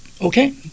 okay